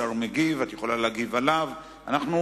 השר מגיב, ואת יכולה להגיב אליו.